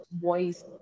voice